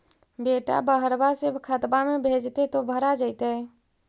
बेटा बहरबा से खतबा में भेजते तो भरा जैतय?